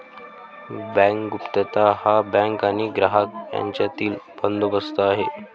bank गुप्तता हा bank आणि ग्राहक यांच्यातील बंदोबस्त आहे